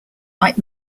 light